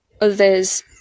others